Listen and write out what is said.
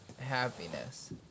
happiness